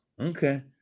Okay